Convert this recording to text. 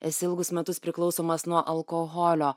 esi ilgus metus priklausomas nuo alkoholio